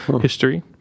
history